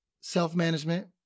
self-management